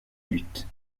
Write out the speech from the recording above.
lutte